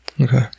Okay